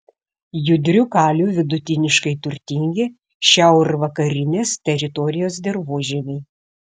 judriu kaliu vidutiniškai turtingi šiaurvakarinės teritorijos dirvožemiai